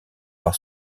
par